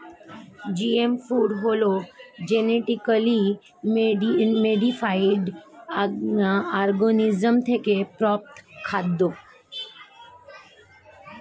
GMO food হলো genetically modified organism থেকে প্রাপ্ত খাদ্য